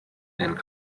and